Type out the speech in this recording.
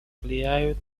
влияют